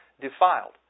defiled